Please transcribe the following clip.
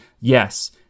Yes